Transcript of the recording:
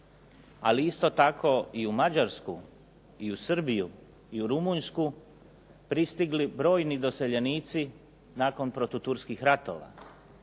ali isto tako i u Mađarsku i u Srbiju i u Rumunjsku pristigli brojni doseljenici nakon protuturskih ratova.